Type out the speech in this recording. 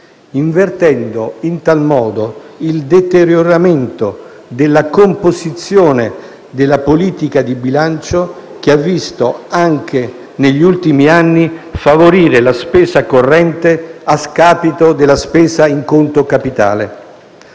invertendo in tal modo il deterioramento della composizione della politica di bilancio che ha visto, anche negli ultimi anni, favorire la spesa corrente a scapito della spesa in conto capitale.